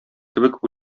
кебек